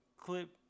Clip